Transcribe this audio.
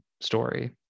story